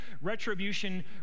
Retribution